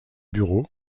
bureaux